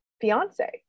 Fiance